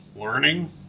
learning